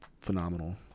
phenomenal